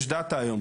יש דאטא היום,